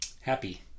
happy